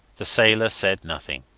the sailor said nothing.